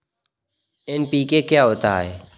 NPK क्या होता है?